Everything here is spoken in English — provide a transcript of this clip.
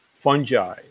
Fungi